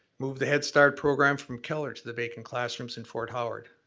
move the headstart programs from keller to the vacant classrooms in fort howard.